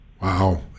Wow